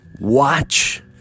Watch